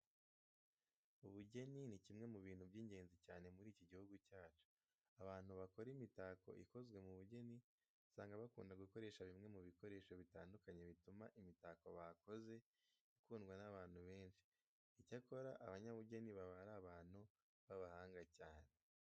Ubugeni ni kimwe mu bintu by'ingenzi cyane muri iki gihugu cyacu. Abantu bakora imitako ikozwe mu bugeni usanga bakunda gukoresha bimwe mu bikoresho bitandukanye bituma imitako bakoze ikundwa n'abantu benshi. Icyakora abanyabugeni baba ari abantu b'abahanga cyane.